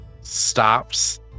stops